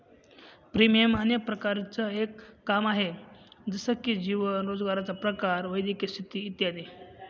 premium अनेक प्रकारांचं एक काम आहे, जसे की जीवन, रोजगाराचा प्रकार, वैद्यकीय स्थिती इत्यादी